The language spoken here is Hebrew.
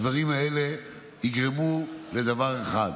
הדברים האלה יגרמו לדבר אחד,